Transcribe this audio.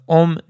om